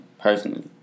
personally